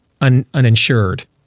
uninsured